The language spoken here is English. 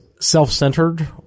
self-centered